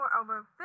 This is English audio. over